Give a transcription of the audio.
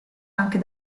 anche